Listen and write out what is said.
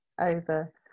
over